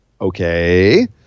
okay